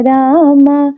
Rama